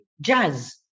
jazz